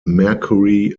mercury